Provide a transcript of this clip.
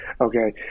okay